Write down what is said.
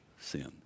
sin